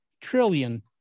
trillion